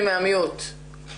אני